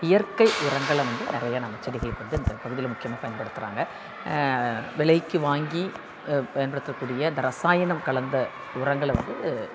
இயற்கை உரங்களை வந்து நிறைய நம்ம செடிகளுக்கு வந்து இந்த பகுதியில் முக்கியமாக பயன்படுத்துகிறாங்க விலைக்கு வாங்கி பயன்படுத்தக்கூடிய இந்த ரசாயனம் கலந்த உரங்களை வந்து